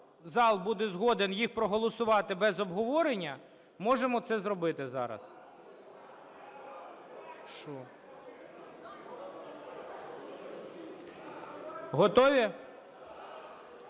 зал буде згоден їх проголосувати без обговорення, можемо це зробити зараз. Готові?